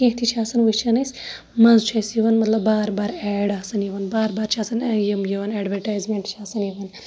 کیٚنٛہہ تہِ چھِ آسان وٕ چھان أسۍ مَنزٕ چھُ اَسہِ یِوان مطلب بار بار ایڈ آسان یِوان بار بار چھِ آسان یِم یِوان ایڈوِٹیٖزمٮ۪نٹ چھِ آسان یِوان